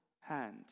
hands